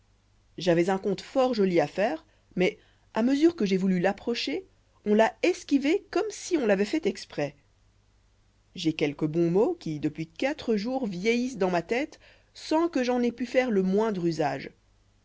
j'avois un conte fort joli à faire mais à mesure que j'ai voulu l'approcher on l'a esquivé comme si on l'avoit fait exprès j'ai quelques bons mots qui depuis quatre jours vieillissent dans ma tête sans que j'en aie pu faire le moindre usage